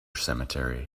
cemetery